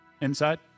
Inside